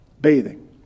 bathing